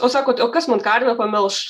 o sako o kas man karvę pamelš